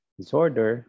disorder